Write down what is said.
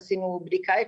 עשינו בדיקה אתמול,